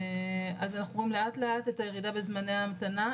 אז אנחנו רואים לאט לאט את הירידה בזמני ההמתנה.